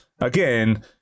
Again